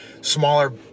smaller